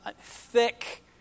thick